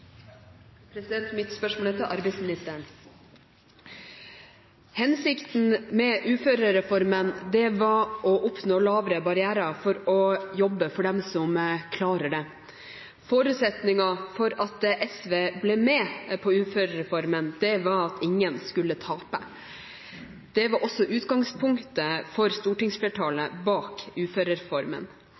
arbeidsministeren. Hensikten med uførereformen var å oppnå lavere barrierer for å jobbe for dem som klarer det. Forutsetningen for at SV ble med på uførereformen, var at ingen skulle tape, og det var også utgangspunktet for stortingsflertallet bak uførereformen.